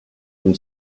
can